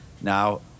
now